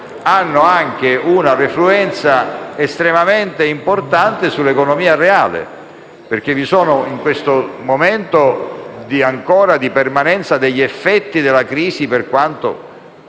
hanno anche una refluenza estremamente importante sull'economia reale, perché in questo momento in cui ancora permangono gli effetti della crisi - per quanto